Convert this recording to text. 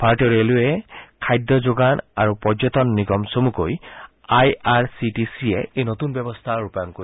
ভাৰতীয় ৰেলৱে খাদ্য যোগান আৰু পৰ্যটন নিগম চমুকৈ I R C T C য়ে এই নতুন ব্যৱস্থা ৰূপায়ন কৰিব